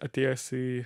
atėjęs į